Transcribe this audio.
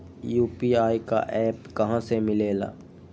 UPI का app कहा से मिलेला?